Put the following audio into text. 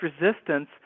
resistance